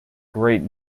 great